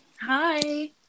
Hi